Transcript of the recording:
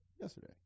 Yesterday